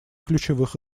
ключевых